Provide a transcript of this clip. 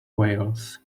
whales